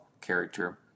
character